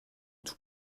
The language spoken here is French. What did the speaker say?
tout